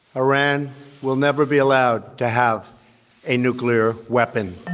iran will never be allowed to have a nuclear weapon